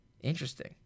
Interesting